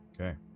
Okay